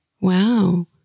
Wow